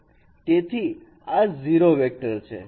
તેથી આ 0 વેક્ટર છે